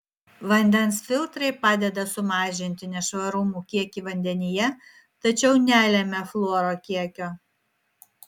vandens filtrai padeda sumažinti nešvarumų kiekį vandenyje tačiau nelemia fluoro kiekio